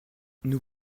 nous